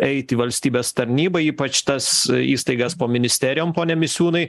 eit į valstybės tarnybą ypač tas įstaigas po ministerijom pone misiūnai